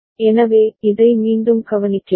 எனவே இதை மீண்டும் கவனிக்கிறோம்